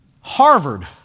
Harvard